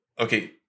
okay